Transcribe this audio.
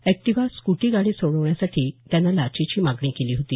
Activa scooty गाडी सोडवण्यासाठी त्यानं लाचेची मागणी केली होती